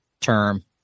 term